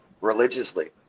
Religiously